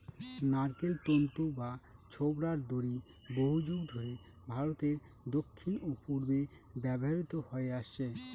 নারকোল তন্তু বা ছোবড়ার দড়ি বহুযুগ ধরে ভারতের দক্ষিণ ও পূর্বে ব্যবহৃত হয়ে আসছে